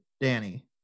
Danny